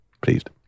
pleased